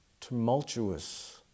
tumultuous